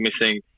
missing